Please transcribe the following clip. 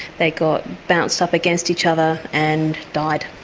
they got bounced up against each other and died.